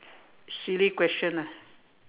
silly question lah